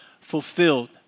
fulfilled